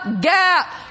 gap